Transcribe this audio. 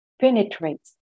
penetrates